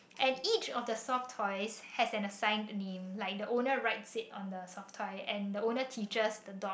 and each of the soft toys has an assigned name like the owner writes it on the soft toy and the owner teaches the dog